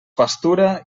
pastura